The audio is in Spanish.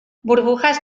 burbujas